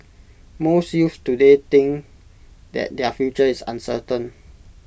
most youths today think that their future is uncertain